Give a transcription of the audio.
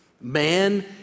Man